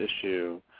issue